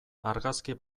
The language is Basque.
argazki